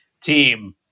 team